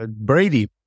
Brady